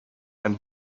and